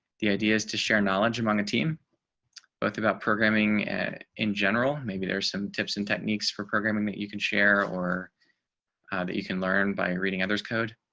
the idea is to share knowledge among a team both about programming in general, maybe there are some tips and techniques for programming that you can share or you can learn by reading others code.